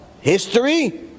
history